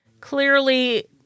clearly